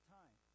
time